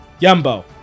Yumbo